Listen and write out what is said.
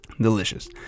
delicious